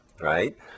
right